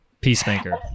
Peacemaker